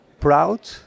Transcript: proud